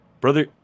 Brother